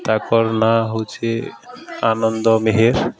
ତାକର୍ ନାଁ ହଉଛେ ଆନନ୍ଦ ମେହେର୍